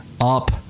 up